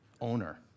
owner